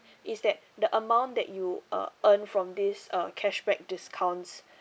is that the amount that you uh earn from this uh cashback discounts